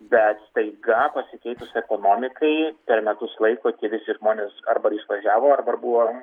bet staiga pasikeitus ekonomikai per metus laiko tie visi žmonės arba išvažiavo arba ar buvo